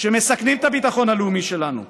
שמסכנים את הביטחון הלאומי שלנו.